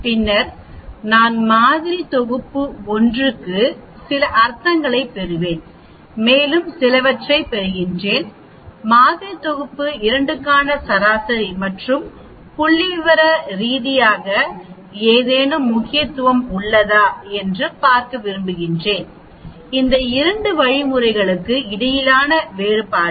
பின்னர் நான் மாதிரி தொகுப்பு 1 க்கு சில அர்த்தங்களைப் பெறுவேன் மேலும் சிலவற்றைப் பெறுவேன் மாதிரி தொகுப்பு 2 க்கான சராசரி மற்றும் புள்ளிவிவர ரீதியாக ஏதேனும் முக்கியத்துவம் உள்ளதா என்று பார்க்க விரும்புகிறேன் இந்த 2 வழிமுறைகளுக்கு இடையிலான வேறுபாடு